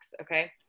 okay